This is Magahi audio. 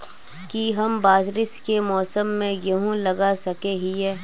की हम बारिश के मौसम में गेंहू लगा सके हिए?